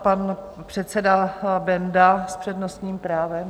Pan předseda Benda s přednostním právem.